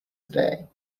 today